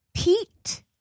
Pete